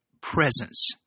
presence